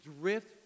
drift